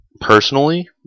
personally